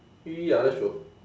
ya that's true